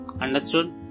Understood